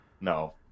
no